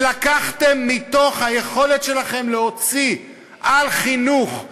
ולקחתם מתוך היכולת שלכם להוציא על חינוך,